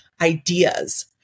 ideas